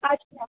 আচ্ছা